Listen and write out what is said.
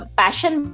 passion